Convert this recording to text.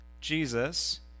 Jesus